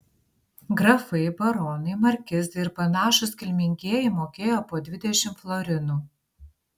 grafai baronai markizai ir panašūs kilmingieji mokėjo po dvidešimt florinų